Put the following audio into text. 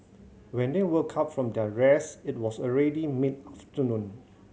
when they woke up from their rest it was already mid afternoon